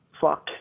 fuck